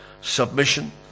submission